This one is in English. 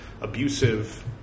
abusive